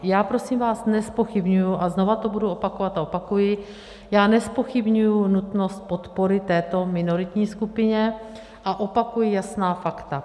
Já prosím vás nezpochybňuji a znovu to budu opakovat a opakuji já nezpochybňuji nutnost podpory této minoritní skupině a opakuji jasná fakta.